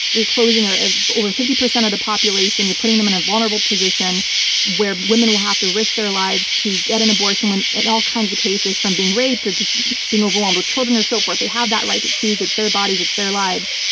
you're closing ah over fifty percent of the population, you're putting them in a vulnerable position where women will have to risk their lives to get an abortion in all kinds of cases from being raped or just being overwhelmed with children or so forth. they have that right to choose. it's their bodies, it's their lives.